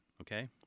okay